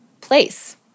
place